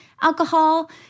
alcohol